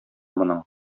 моның